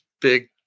big